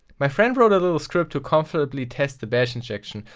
my friend wrote a little script to comfortably test the bash injection.